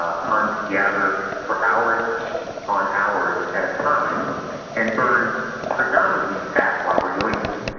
um hunt, gather for hours on hours at a time and burn predominantly fat while we're doing this,